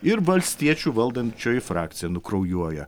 ir valstiečių valdančioji frakcija nukraujuoja